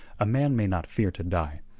a man may not fear to die,